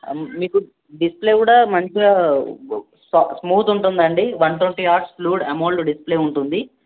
మీకు డిస్ప్లే కూడా మంచిగా స్మూత్ ఉంటుంది అండి one twenty watts fluid AMOLED display ఉంటుంది